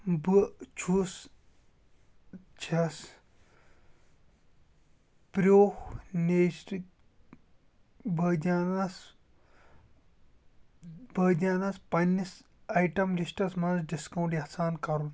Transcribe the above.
بہٕ چھُس چھَس پرٛو نیچر بٲدیٛانس بٲدیانس پنِنس آیٹم لسِٹس منٛز ڈسکاوُنٹ یژھان کرُن